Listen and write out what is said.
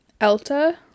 Elta